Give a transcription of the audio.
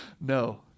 No